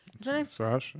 Sasha